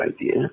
idea